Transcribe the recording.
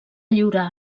lliurar